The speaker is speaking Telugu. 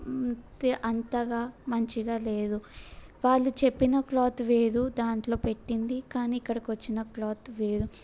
తే అంతగా మంచిగా లేదు వాళ్ళు చెప్పిన క్లాత్ వేరు దాంట్లో పెట్టింది కానీ ఇక్కడికి వచ్చిన క్లాత్ వేరు